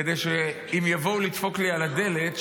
כדי שאם יבואו לדפוק לי על הדלת,